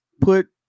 put